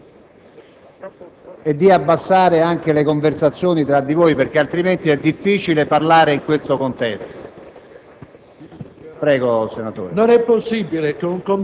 prego di prendere posto e di abbassare il volume della conversazione tra di voi, altrimenti è difficile parlare in questo contesto.